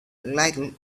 little